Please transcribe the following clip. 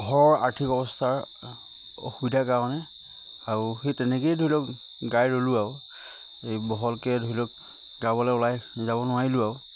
ঘৰৰ আৰ্থিক অৱস্থাৰ অসুবিধাৰ কাৰণে আৰু সেই তেনেকেই ধৰি লওক গাই ৰ'লোঁ আৰু এই বহলকে ধৰি লওক গাবলে ওলাই যাব নোৱাৰিলোঁ আৰু